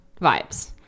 vibes